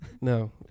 No